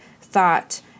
thought